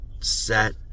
set